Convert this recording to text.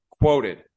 quoted